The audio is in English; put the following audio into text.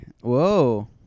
Whoa